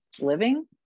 living